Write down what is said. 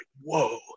Whoa